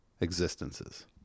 existences